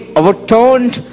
overturned